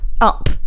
up